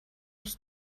ich